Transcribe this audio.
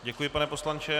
Děkuji, pane poslanče.